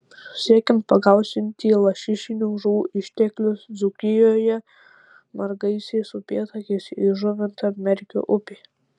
siekiant pagausinti lašišinių žuvų išteklius dzūkijoje margaisiais upėtakiais įžuvinta merkio upė